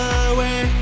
away